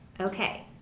Okay